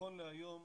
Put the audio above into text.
נכון להיום,